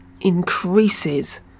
increases